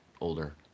older